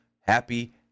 happy